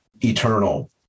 eternal